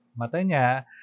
matanya